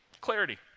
Clarity